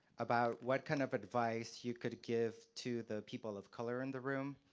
about what kind of advice you could give to the people of color in the room.